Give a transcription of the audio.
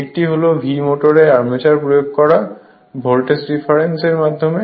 একটি হল V মোটরের আর্মেচারে প্রয়োগ করা ভোল্টেজ ডিফারেন্স এর মাধ্যমে